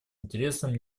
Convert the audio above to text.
интересам